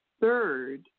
third